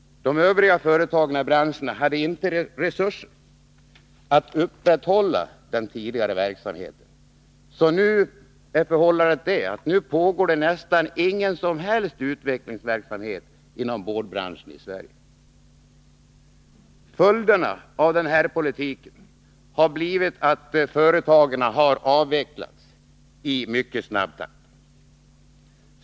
De övriga företagen i branschen hade inte resurser att upprätthålla den tidigare verksamheten, så nu pågår nästan ingen utvecklingsverksamhet alls inom boardbranschen i Sverige. Följderna av den här politiken har blivit att företagen har avvecklats i mycket snabb takt.